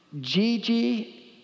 Gigi